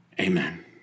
Amen